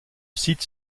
site